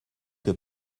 que